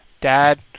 dad